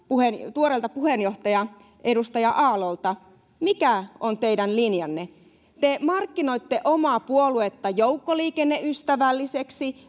tuoreelta puheenjohtajalta edustaja aallolta mikä on teidän linjanne te markkinoitte omaa puoluettanne joukkoliikenneystävälliseksi